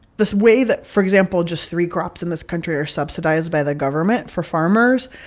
this way that, for example, just three crops in this country are subsidized by the government for farmers,